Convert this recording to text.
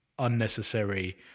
unnecessary